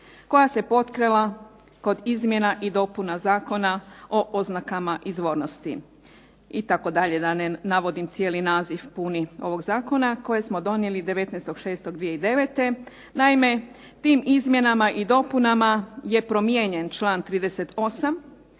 koja se potkrala kod izmjena i dopuna zakona o oznakama izvornosti itd., da ne navodim cijeli naziv puno ovog zakona kojeg smo donijeli 19.6.2009. Naime, tim izmjenama i dopunama je promijenjen član 38.